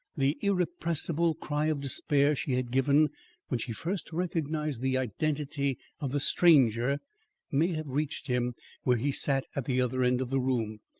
the irrepressible cry of despair she had given when she first recognised the identity of the stranger may have reached him where he sat at the other end of the room,